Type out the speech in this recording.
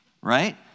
Right